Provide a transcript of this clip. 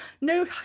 no